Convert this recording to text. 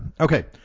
Okay